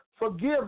Forgive